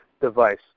device